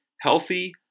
healthy